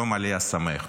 יום עלייה שמח.